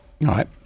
Right